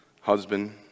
husband